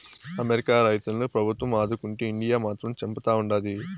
America రైతులను ప్రభుత్వం ఆదుకుంటే ఇండియా మాత్రం చంపుతా ఉండాది